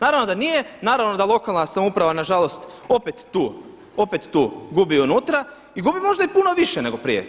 Naravno da nije, naravno da lokalna samouprava nažalost opet tu gubi unutra i gubi možda i puno više nego prije.